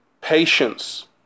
patience